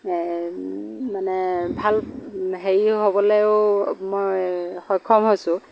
এ মানে ভাল হেৰি হ'বলৈও মই সক্ষম হৈছোঁ